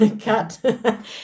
cut